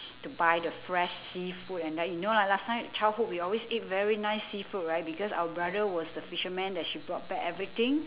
to buy the fresh seafood and that you know lah last time childhood we always eat very nice seafood right because our brother was the fisherman that she brought back everything